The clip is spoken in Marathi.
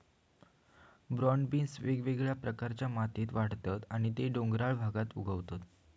ब्रॉड बीन्स वेगवेगळ्या प्रकारच्या मातीत वाढतत ते डोंगराळ भागात उगवतत